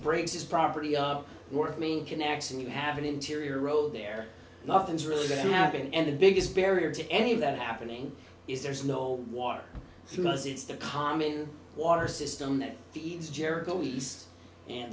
brings his property of work me connection you have an interior road there nothing's really going to happen and the biggest barrier to any of that happening is there's no water from us it's the common water system that feeds jericho east and